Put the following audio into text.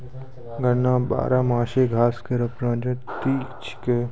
गन्ना बारहमासी घास केरो प्रजाति छिकै